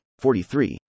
43